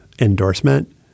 endorsement